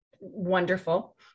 wonderful